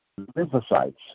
lymphocytes